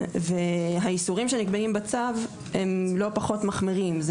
האיסורים שנקבעים בצו הם לא פחות מחמירים .